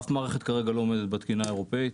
אף מערכת כרגע לא עומדת בתקינה האירופאית,